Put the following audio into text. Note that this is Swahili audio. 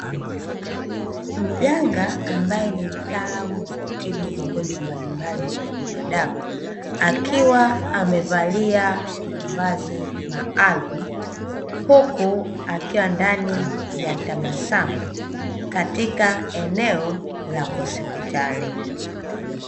Mganga ambae ni mtaalamu wa kutibu magonjwa mbalimbali kwa binadamu. Akiwa amevalia mavazi maalumu, huku akiwa ndani ya tabasamu katika eneo la hospitali.